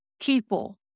people